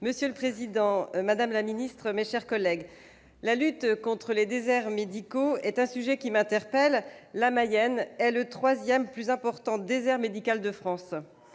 Monsieur le président, madame la secrétaire d'État, mes chers collègues, la lutte contre les déserts médicaux est un sujet qui me préoccupe. La Mayenne est le troisième plus important désert médical de France.